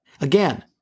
Again